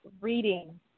reading